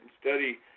study